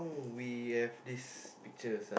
we have these pictures ah